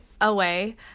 away